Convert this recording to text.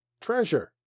treasure